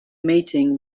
meeting